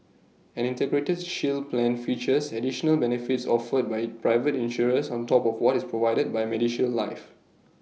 an integrated shield plan features additional benefits offered by private insurers on top of what is provided by medishield life